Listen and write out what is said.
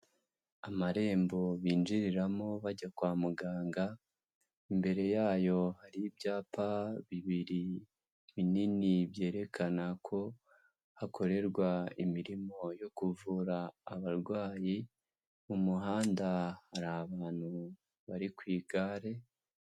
Amarembo binjiriramo bajya kwa muganga, imbere yayo hari ibyapa bibiri binini byerekana ko hakorerwa imirimo yo kuvura abarwayi, mu muhanda hari abantu bari ku igare.